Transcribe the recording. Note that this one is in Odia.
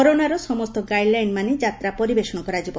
କରୋନାର ସମସ୍ତ ଗାଇଡ୍ଲାଇନ୍ ମାନି ଯାତ୍ରା ପରିବେଷଣ କରାଯିବ